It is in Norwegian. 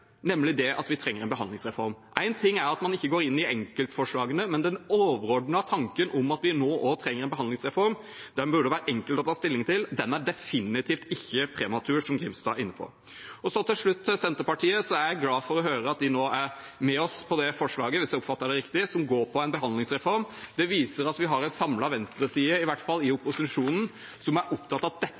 nemlig det at vi trenger en behandlingsreform. Én ting er at man ikke går inn i enkeltforslagene, men den overordnede tanken om at vi nå også trenger en behandlingsreform, burde det være enkelt å ta stilling til, den er definitivt ikke prematur, som Grimstad var inne på. Til slutt, til Senterpartiet: Jeg er glad for å høre at de nå er med oss på det forslaget – hvis jeg oppfattet det riktig – som går på en behandlingsreform. Det viser at vi i hvert fall har en samlet venstreside i opposisjonen som er opptatt av at dette